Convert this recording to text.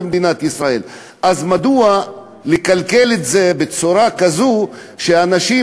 אז מדוע לקלקל את זה בצורה כזאת שאנשים,